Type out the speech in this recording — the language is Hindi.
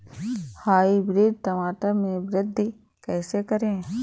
हाइब्रिड टमाटर में वृद्धि कैसे करें?